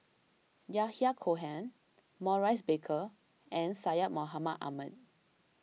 Yahya Cohen Maurice Baker and Syed Mohamed Ahmed